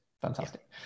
Fantastic